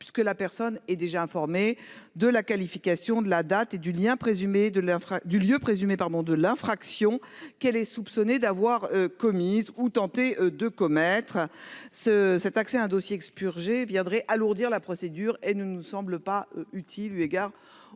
puisque la personne est déjà informée « de la qualification, de la date et du lieu présumés de l'infraction qu'elle est soupçonnée d'avoir commise ou tenté de commettre ». Cet accès à un dossier expurgé viendrait alourdir la procédure et ne nous semble pas utile